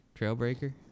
Trailbreaker